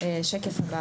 בשקף הבא